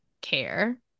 care